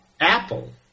Apple